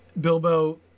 Bilbo